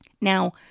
Now